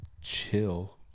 chill